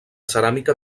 ceràmica